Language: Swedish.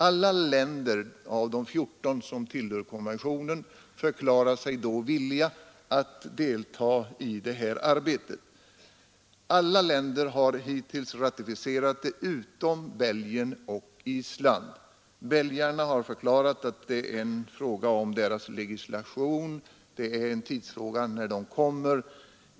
Samtliga de 14 länder som tillhör konventionen förklarade sig villiga att delta i detta arbete. Alla har också i dag ratificerat artikeln utom Belgien och Island. Belgarna har förklarat att det är en fråga om deras legislation; det är en tidsfråga när de ratificerar.